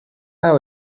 how